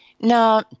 Now